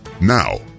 Now